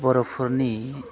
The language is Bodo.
बर'फोरनि